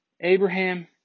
Abraham